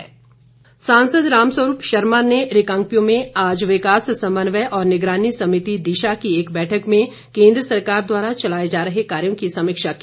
रामस्वरूप शर्मा सांसद रामस्वरूप शर्मा ने रिकांगपिओ में आज विकास समन्वय और निगरानी समिति दिशा की एक बैठक में केन्द्र सरकार द्वारा चलाए जा रहे कार्यों की समीक्षा की